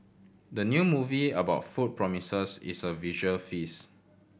the new movie about food promises is a visual feast